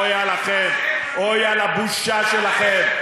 אויה לכם, אויה לבושה שלכם.